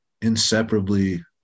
inseparably